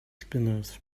spinners